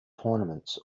tournaments